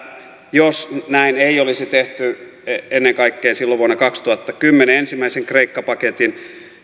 jos näin ei olisi tehty ennen kaikkea silloin vuonna kaksituhattakymmenen ensimmäisen kreikka paketin